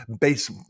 base